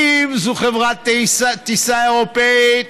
אם זו חברת טיסה אירופית,